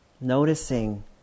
noticing